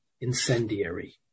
incendiary